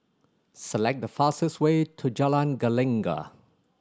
select the fastest way to Jalan Gelegar